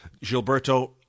Gilberto